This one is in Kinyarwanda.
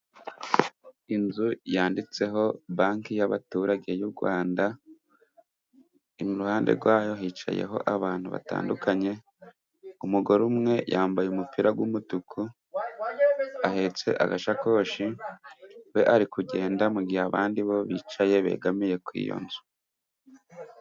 Inzu yanditseho banki y'abaturage y'u Rwanda， iruhande rwayo hicayeho abantu batandukanye，umugore umwe yambaye umupira w’umutuku，ahetse agasakoshi，we ari kugenda，mu gihe abandi bo bicaye begamiye kuri iyo nzu.